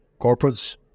corporates